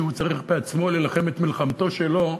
שהוא צריך בעצמו להילחם את מלחמתו שלו,